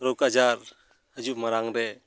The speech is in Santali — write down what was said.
ᱨᱳᱜ ᱟᱡᱟᱨ ᱦᱤᱡᱩᱜ ᱢᱟᱲᱟᱝᱨᱮ